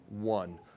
one